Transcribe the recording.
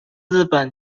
日本